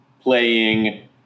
playing